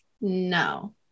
No